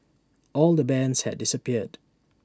all the bands had disappeared